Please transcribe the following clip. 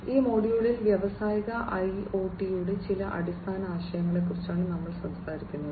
ഈ മൊഡ്യൂളിൽ വ്യാവസായിക ഐഒടിയുടെ ചില അടിസ്ഥാന ആശയങ്ങളെക്കുറിച്ചാണ് നമ്മൾ സംസാരിക്കുന്നത്